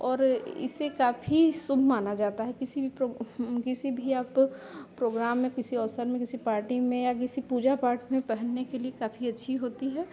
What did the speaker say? और इसे काफी शुभ माना जाता है किसी भी प्रो किसी भी आप प्रोग्राम में किसी अवसर में किसी पार्टी में या किसी पूजा पाठ में पहनने के लिए काफी अच्छी होती है